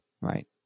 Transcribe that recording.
right